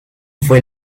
fue